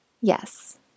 Yes